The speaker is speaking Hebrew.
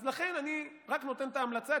אז לכן אני רק נותן את ההמלצה.